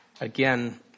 Again